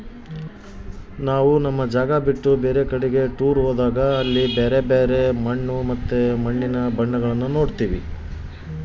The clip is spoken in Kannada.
ನಾವು ನಮ್ಮ ಜಾಗ ಬಿಟ್ಟು ಬೇರೆ ಕಡಿಗೆ ಟೂರ್ ಹೋದಾಗ ಅಲ್ಲಿ ಬ್ಯರೆ ಬ್ಯರೆ ಮಣ್ಣು ಮತ್ತೆ ಮಣ್ಣಿನ ಬಣ್ಣಗಳನ್ನ ನೋಡ್ತವಿ